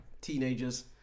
teenagers